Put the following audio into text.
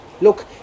Look